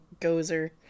Gozer